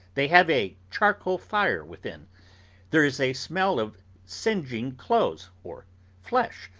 they have a charcoal fire within there is a smell of singeing clothes, or flesh,